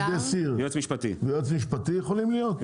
מהנדס עיר ויועץ משפטי יכולים להיות,